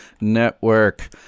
network